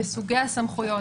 בסוגי הסמכויות,